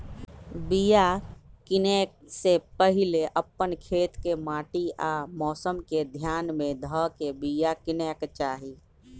बिया किनेए से पहिले अप्पन खेत के माटि आ मौसम के ध्यान में ध के बिया किनेकेँ चाही